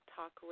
Talk